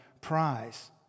prize